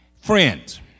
Friends